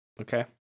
Okay